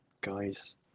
Guys